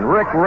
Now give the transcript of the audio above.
Rick